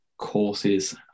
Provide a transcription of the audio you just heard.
courses